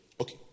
Okay